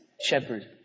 shepherd